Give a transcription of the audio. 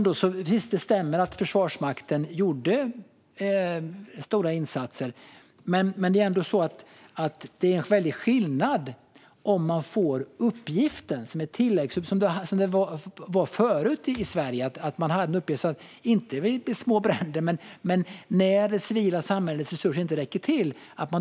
Det stämmer att Försvarsmakten gjorde stora insatser, men det är ändå en väldig skillnad om man får uppgiften. Förut var det så i Sverige att man hade i uppgift att ha den beredskapen - inte vid små bränder, men när det civila samhällets inte räckte till.